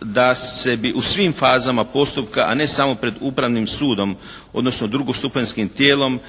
da se bi u svim fazama postupka a ne samo pred Upravnim sudom odnosno drugostupanjskim tijelom